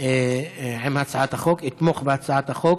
עם הצעת החוק, אתמוך בהצעת החוק,